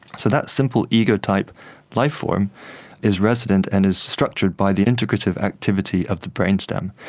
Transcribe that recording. so that simple ego type lifeform is resident and is structured by the integrative activity of the brainstem.